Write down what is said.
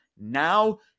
Now